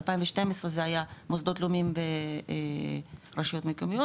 2012 זה היה מוסדות לאומיים ברשויות מקומיות